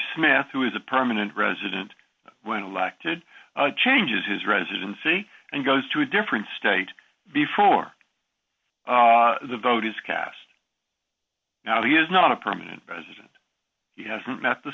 smith who is a permanent resident when elected changes his residency and goes to a different state before the vote is cast now he is not a permanent resident he hasn't met the